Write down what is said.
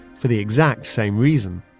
for the exact same reason